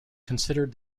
considered